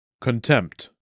Contempt